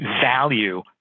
value